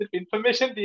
information